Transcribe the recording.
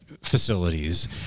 facilities